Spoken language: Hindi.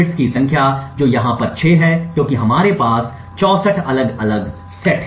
सेट बिट्स की संख्या जो यहाँ पर 6 है क्योंकि हमारे पास 64 अलग अलग सेट हैं